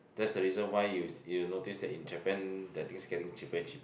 that's the reason why you you notice in Japan their things getting cheaper and cheaper